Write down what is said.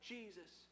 Jesus